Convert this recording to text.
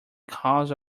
cause